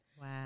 Wow